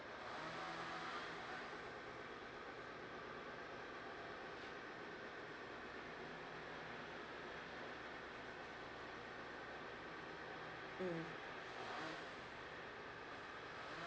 mm